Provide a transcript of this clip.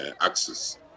access